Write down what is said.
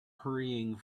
hurrying